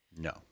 No